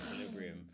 equilibrium